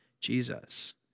Jesus